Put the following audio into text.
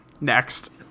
Next